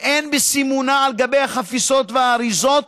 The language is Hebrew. ואין בסימונה על גבי החפיסות והאריזות